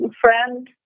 friend